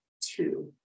two